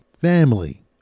family